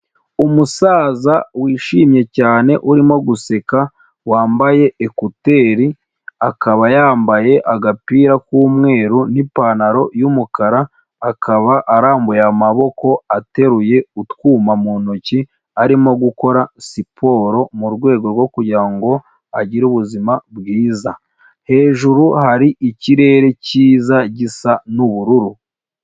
Umusaza wishimye cyane urimo guseka, wambaye ekuteri, akaba yambaye agapira k'umweru n'ipantaro y'umukara, akaba arambuye amaboko, ateruye utwuma mu ntoki, arimo gukora siporo, mu rwego rwo kugira ngo agire ubuzima bwiza, hejuru hari ikirere cyiza gisa n'ubururu.